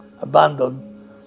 abandoned